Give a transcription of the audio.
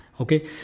okay